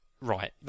right